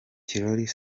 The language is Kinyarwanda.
tirol